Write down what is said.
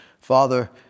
Father